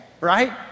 right